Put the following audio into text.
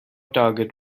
target